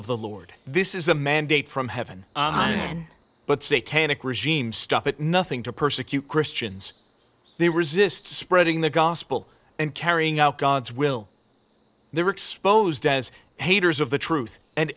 of the lord this is a mandate from heaven on man but stay tannic regime stop at nothing to persecute christians they resist spreading the gospel and carrying out god's will they were exposed as haters of the truth and